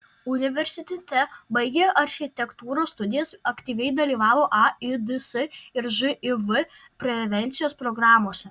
universitete baigė architektūros studijas aktyviai dalyvavo aids ir živ prevencijos programose